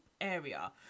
area